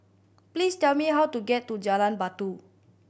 please tell me how to get to Jalan Batu